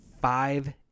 five